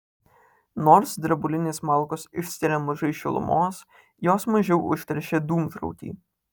nors drebulinės malkos išskiria mažai šilumos jos mažiau užteršia dūmtraukį